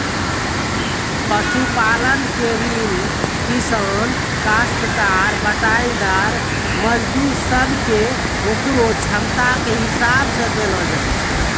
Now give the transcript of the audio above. पशुपालन के ऋण किसान, कास्तकार, बटाईदार, मजदूर सब कॅ होकरो क्षमता के हिसाब सॅ देलो जाय छै